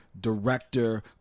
director